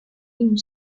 une